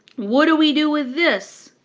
what do we do with this?